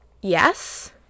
Yes